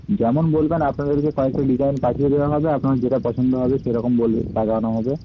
যেমন বলবেন আপনাদেরকে কয়েকটা ডিজাইন পাঠিয়ে দেওয়া হবে আপনার যেটা পছন্দ হবে সেরকম বলবে লাগানো হবে